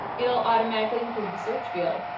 it will automatically include the search field.